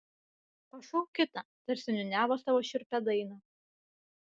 pašauk kitą tarsi niūniavo savo šiurpią dainą